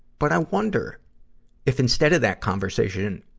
but i wonder if instead of that conversation,